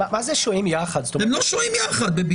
הם לא שוהים יחד.